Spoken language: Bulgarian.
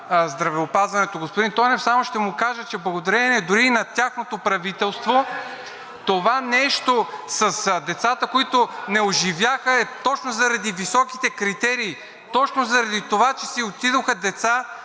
на здравеопазването – господин Тонев, само ще му кажа, че благодарение на тяхното правителство е това нещо с децата, които не оживяха, е точно заради високите критерии. Точно заради това си отидоха деца